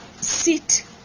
sit